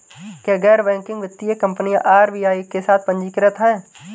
क्या गैर बैंकिंग वित्तीय कंपनियां आर.बी.आई के साथ पंजीकृत हैं?